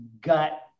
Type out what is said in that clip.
gut